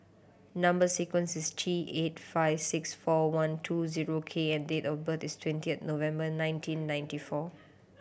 number sequence is T eight five six four one two zero K and date of birth is twentieth November nineteen ninety four